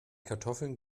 kartoffeln